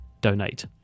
donate